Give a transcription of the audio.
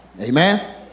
Amen